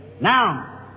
Now